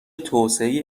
توسعه